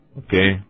okay